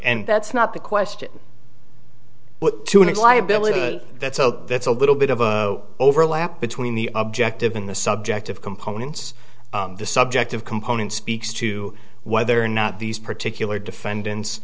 and that's not the question what to make liability that's so that's a little bit of a overlap between the objective in the subjective components the subjective component speaks to whether or not these particular defendants